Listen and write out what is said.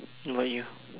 what about you